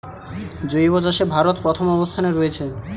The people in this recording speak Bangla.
জৈব চাষে ভারত প্রথম অবস্থানে রয়েছে